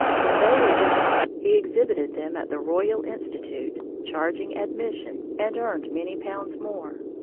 when they were done, he exhibited them at the royal institute, charging admission, and earned many pounds more.